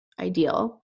ideal